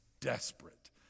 desperate